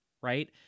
Right